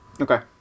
Okay